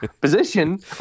position